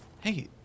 Hey